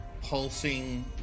pulsing